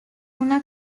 una